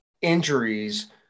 injuries